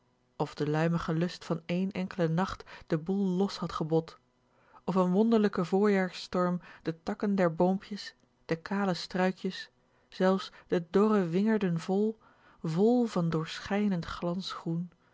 of de luimige lust van één enkelen nacht den boel los had gebot of n wonderlijke voorjaars storm de takken der boompjes de kale struikjes zelfs de dorre wingerden vol vol van doorschijnend